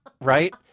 Right